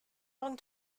long